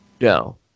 No